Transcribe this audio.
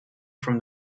from